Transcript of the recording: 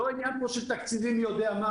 זה לא עניין של תקציבים מי-יודע-מה,